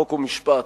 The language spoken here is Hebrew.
חוק ומשפט,